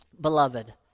Beloved